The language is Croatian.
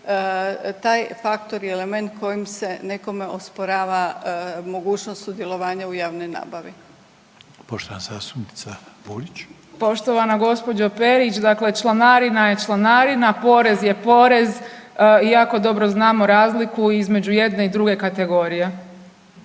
taj faktor i element kojim se nekome osporava mogućnost sudjelovanja u javnoj nabavi. **Reiner, Željko (HDZ)** Poštovana zastupnica Burić. **Burić, Majda (HDZ)** Poštovana gospođo Perić. Dakle, članarina je članarina, porez je porez, jako dobro znamo razliku između jedne i druge kategorije.